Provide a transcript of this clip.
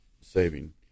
saving